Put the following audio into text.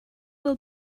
will